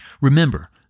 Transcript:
Remember